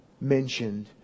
mentioned